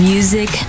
Music